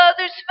others